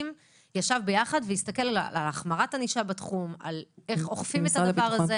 כי להסתכל על החמרת הענישה בתחום ואיך אוכפים את זה?